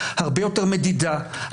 הרבה יותר מדידה,